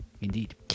indeed